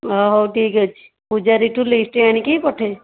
ହଁ ହଉ ଠିକ୍ ଅଛି ପୂଜାରୀଠୁ ଲିଷ୍ଟ୍ ଆଣିକି ପଠାଇବି